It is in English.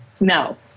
no